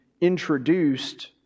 introduced